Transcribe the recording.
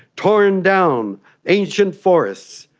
torn down ancient forests,